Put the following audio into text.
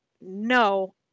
no